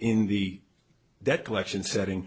in the that collection setting